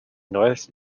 north